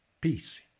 Peace